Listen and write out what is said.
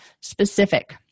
specific